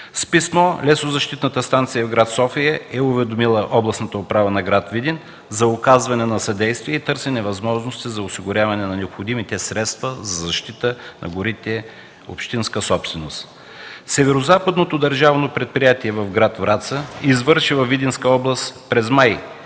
С писмо лесозащитната станция в град София е уведомила областната управа на град Видин за оказване на съдействие и търсене на възможности за осигуряване на необходимите средства за защита на горите общинска собственост. Северозападното държавно предприятие в град Враца извърши във Видинска област през месец